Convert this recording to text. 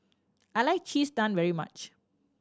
I like Cheese Naan very much